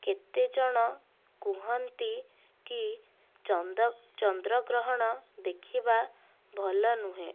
କେତେଜଣ କୁହନ୍ତି କି ଚନ୍ଦ୍ରଗ୍ରହଣ ଦେଖିବା ଭଲନୁହେଁ